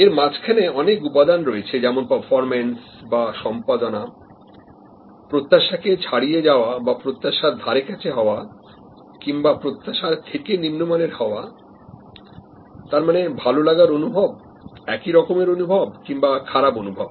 এর মাঝখানে অনেক উপাদান রয়েছে যেমন পারফরম্যান্স বা সম্পাদনাপ্রত্যাশাকে ছাড়িয়ে যাওয়া বা প্রত্যাশার ধারেকাছে হওয়া কিংবা প্রত্যাশার থেকে নিম্নমানের হওয়া তার মানে ভালো লাগার অনুভব একই রকম অনুভব এবং খারাপ অনুভব